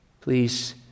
Please